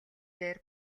дээр